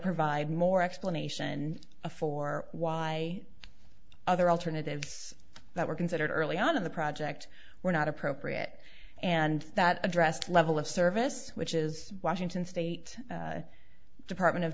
provide more explanation for why other alternatives that were considered early on in the project were not appropriate and that addressed level of service which is washington state department of